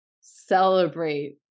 celebrate